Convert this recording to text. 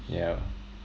yeah